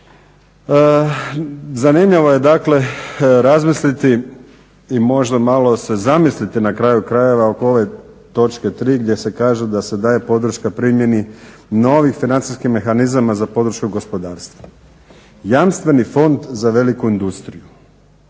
Zanimljivo je dakle razmisliti i možda malo se zamisliti na kraju krajeva oko ove točke 3. gdje se kaže da se daje podrška primjeni novih financijskih mehanizama za područje gospodarstva. Jamstveni fond za veliku industriju